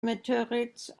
meteorites